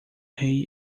rei